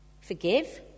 Forgive